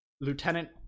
lieutenant